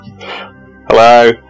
Hello